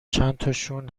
چندتاشون